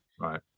right